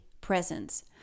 presence